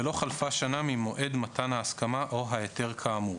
ולא חלפה שנה ממועד מתן ההסכמה או ההיתר כאמור.